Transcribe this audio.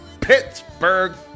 Pittsburgh